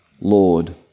Lord